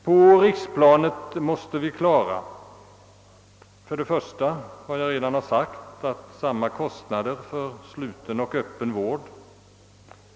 På riksplanet måste vi för det första ha samma kostnader för sluten och öppen vård.